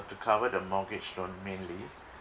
to cover the mortgage loan mainly